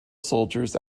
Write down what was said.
soldiers